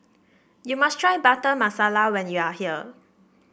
you must try Butter Masala when you are here